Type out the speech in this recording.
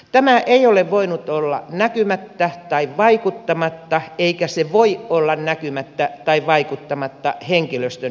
tämä ei ole voinut olla näkymättä tai vaikuttamatta eikä se voi olla näkymättä tai vaikuttamatta henkilöstön jaksamiseen